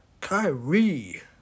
Kyrie